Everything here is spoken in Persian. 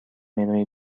منوی